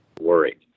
worried